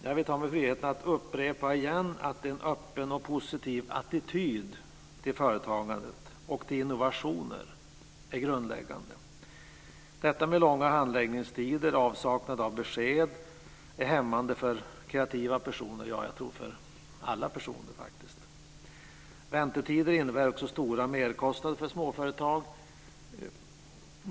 Jag tar mig friheten att återigen upprepa att en öppen och positiv attityd till företagande och innovationer är grundläggande. Långa handläggningstider och avsaknaden av besked är hämmande för kreativa personer, ja, jag tror för alla personer. Väntetider innebär också stora merkostnader för småföretag.